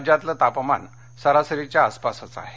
राज्यातले तापमान सरासरीच्या आसपासच आहे